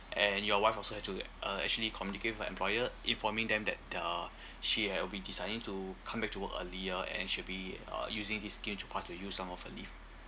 and your wife also had to uh actually communicate with her employer informing them that uh she had will be deciding to come back to work earlier and she'll be uh using this scheme to part to use some of her leave